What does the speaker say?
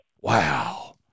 Wow